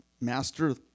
master